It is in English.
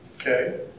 Okay